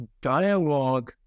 dialogue